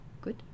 Good